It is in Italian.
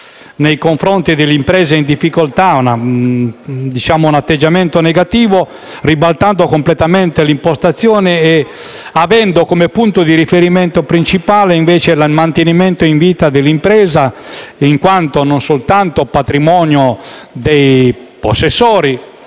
nei confronti delle imprese in difficoltà e da un atteggiamento negativo a un completo ribaltamento dell'impostazione, avendo come punto di riferimento principale il mantenimento in vita dell'impresa, in quanto non soltanto patrimonio dei possessori